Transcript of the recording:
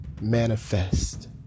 manifest